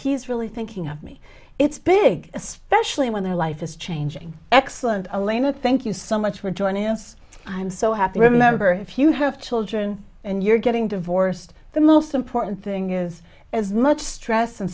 he's really thinking of me it's big especially when their life is changing excellent alaina thank you so much for joining us i'm so happy remember if you have children and you're getting divorced the most important thing is as much stress